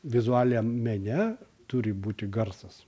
vizualiam mene turi būti garsas